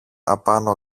απάνω